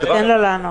תן לו לענות.